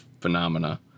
phenomena